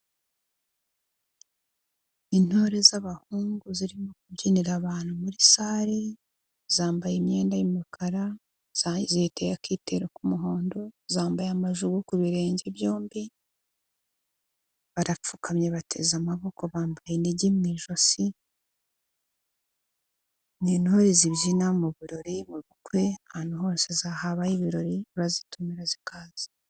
Intore z'abahungu zirimo kubyinira abantu muri salle, zambaye imyenda y'umukara, ziteye akitero k'umuhondo, zambaye amayugi ku birenge byombi, barapfukamye bateze amaboko, bambaye inigi mu ijosi, ni intore zibyina mu birori, mu bukwe, ahantu hose habaye ibirori barazitumira zikaza.